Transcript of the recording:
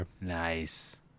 Nice